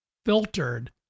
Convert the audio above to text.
Filtered